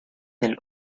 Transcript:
del